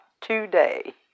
today